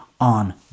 on